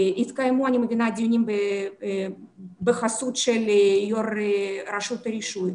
התקיימו דיונים בחסות של יו"ר רשות הרישוי,